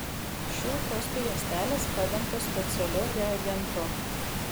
šių testų juostelės padengtos specialiu reagentu